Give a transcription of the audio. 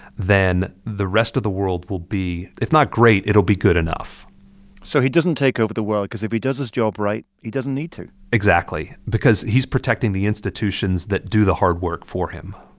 then the rest of the world will be if not great, it'll be good enough so he doesn't take over the world because if he does his job right, he doesn't need to exactly because he's protecting the institutions that do the hard work for him